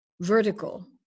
vertical